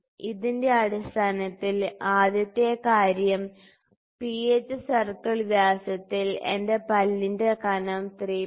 ഇതിന്റെ അടിസ്ഥാനത്തിൽ ആദ്യത്തെ കാര്യം പിച്ച് സർക്കിൾ വ്യാസത്തിൽ എന്റെ പല്ലിന്റെ കനം 3